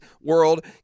world